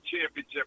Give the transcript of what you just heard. championship